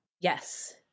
Yes